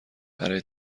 برای